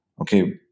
okay